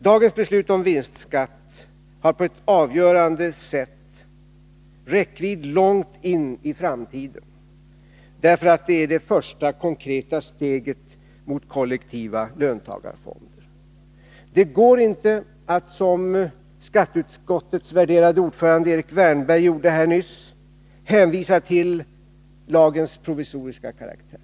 Dagens beslut om vinstskatt har på ett avgörande sätt räckvidd långt in i framtiden, därför att det är det första konkreta steget mot kollektiva löntagarfonder. Det går inte att, som skatteutskottets värderade ordförande Erik Wärnberg gjorde här nyss, hänvisa till lagens provisoriska karaktär.